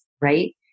right